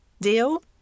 Deal